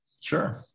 Sure